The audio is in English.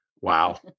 Wow